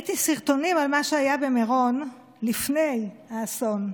ראיתי סרטונים על מה שהיה במירון לפני האסון.